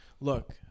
look